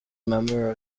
member